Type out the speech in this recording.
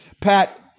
Pat